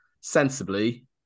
sensibly